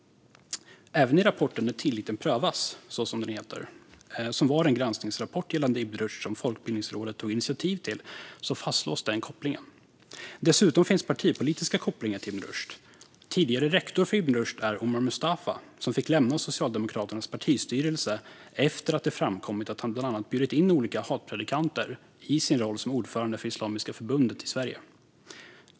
Även i rapporten När tilliten prövas , som var den granskningsrapport gällande Ibn Rushd som Folkbildningsrådet tog initiativ till, fastslås kopplingen. Dessutom finns partipolitiska kopplingar till Ibn Rushd. Tidigare rektor för Ibn Rushd var Omar Mustafa, som fick lämna Socialdemokraternas partistyrelse efter att det framkommit att han bland annat bjudit in olika hatpredikanter i sin roll som ordförande för Islamiska Förbundet i Sverige.